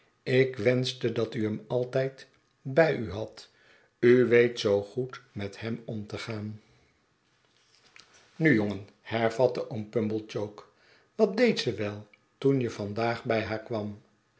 ik wenschte dat u hem altijd bij u hadt u weet zoo goed met hem om te gaan nu jongen hervatte oom pumblechook wat deed ze wel toen je vandaag bij haar kwam